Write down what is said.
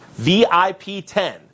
VIP10